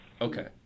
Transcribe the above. Okay